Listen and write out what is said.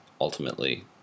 ultimately